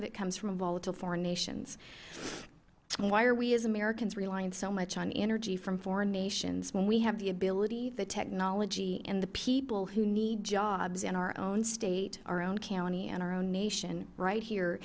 of it comes from volatile foreign nations and why are we as americans relying so much on energy from foreign nations when we have the ability the technology and the people who need jobs in our own state our own county and our own nation right here